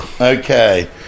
okay